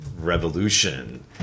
revolution